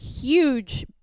huge